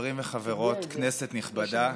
חברים וחברות, כנסת נכבדה,